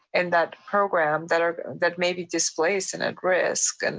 and that program that um that may be displaced and at risk, and